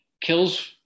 kills